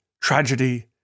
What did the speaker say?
tragedy